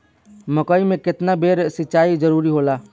मकई मे केतना बेर सीचाई जरूरी होला?